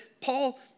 Paul